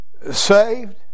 saved